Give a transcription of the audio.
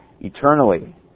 eternally